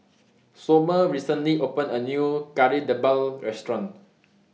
Somer recently opened A New Kari Debal Restaurant